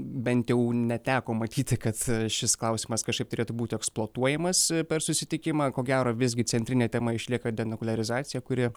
bent jau neteko matyti kad šis klausimas kažkaip turėtų būti eksploatuojamas per susitikimą ko gero visgi centrine tema išlieka denukulerizacija kuri